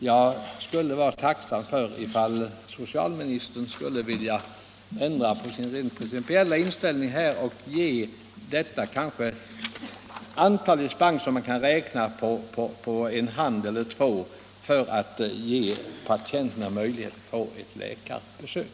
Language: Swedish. Jag skulle vara tacksam om socialministern skulle vilja ändra sin principiella inställning och ge det antal dispenser man kan räkna på en hand eller två för att ge patienterna möjlighet att få ett läkarbesök.